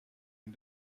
این